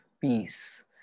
peace